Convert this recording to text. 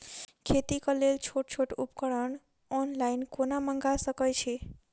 खेतीक लेल छोट छोट उपकरण ऑनलाइन कोना मंगा सकैत छी?